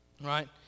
right